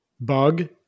Bug